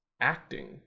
acting